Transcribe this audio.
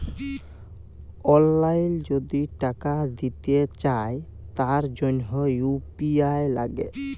অললাইল যদি টাকা দিতে চায় তার জনহ ইউ.পি.আই লাগে